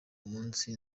umunsi